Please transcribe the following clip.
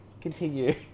Continue